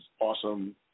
awesome